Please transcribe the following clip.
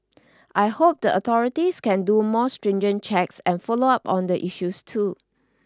I hope the authorities can do more stringent checks and follow up on the issue too